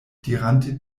dirante